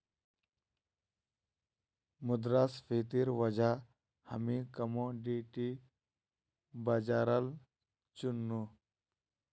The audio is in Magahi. मुद्रास्फीतिर वजह हामी कमोडिटी बाजारल चुन नु